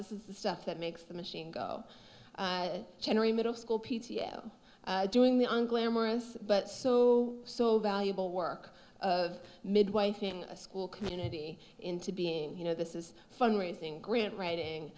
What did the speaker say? this is the stuff that makes the machine go generally middle school p t o doing the unglamorous but so so valuable work of midwife in a school community into being you know this is fundraising grant writing